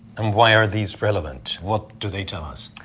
and why are these relevant. what do they tell us?